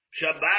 Shabbat